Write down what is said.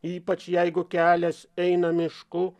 ypač jeigu kelias eina mišku